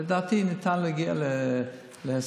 לדעתי, ניתן להגיע להסכם.